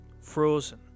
frozen